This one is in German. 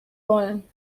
wollen